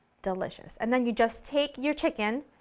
delicious. and then you just take your chicken,